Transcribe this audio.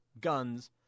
guns